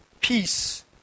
peace